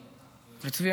וצבי,